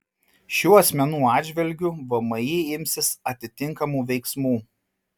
šių asmenų atžvilgiu vmi imsis atitinkamų veiksmų